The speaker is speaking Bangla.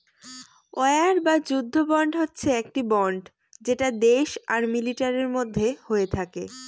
ওয়ার বা যুদ্ধ বন্ড হচ্ছে একটি বন্ড যেটা দেশ আর মিলিটারির মধ্যে হয়ে থাকে